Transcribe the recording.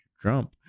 Trump